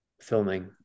filming